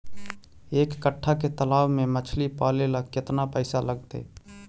एक कट्ठा के तालाब में मछली पाले ल केतना पैसा लगतै?